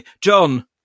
john